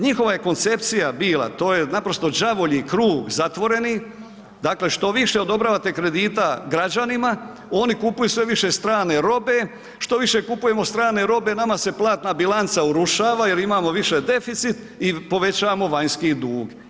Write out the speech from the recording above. Njihova je koncepcija bila, to je naprosto đavolji krug zatvoreni, dakle što više odobravate kredita građanima oni kupuju sve više strane robe, što više kupujemo strane robe nama se platna bilanca urušava jer imamo više deficit i povećamo vanjski dug.